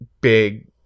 big